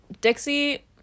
dixie